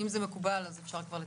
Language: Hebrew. אם זה מקובל אז אפשר כבר לתקן.